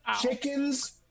chickens